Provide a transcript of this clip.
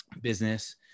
business